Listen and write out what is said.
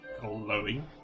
glowing